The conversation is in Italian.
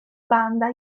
banda